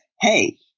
hey